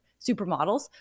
supermodels